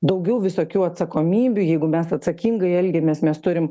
daugiau visokių atsakomybių jeigu mes atsakingai elgiamės mes turim